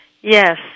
Yes